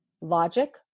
logic